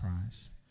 Christ